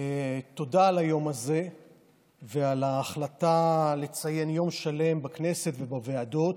תודה על היום הזה ועל ההחלטה לציין יום שלם בכנסת ובוועדות,